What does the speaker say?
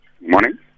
Morning